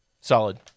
Solid